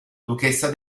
duchessa